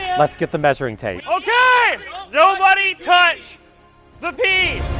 let's get the measuring tape. nobody touch the pea.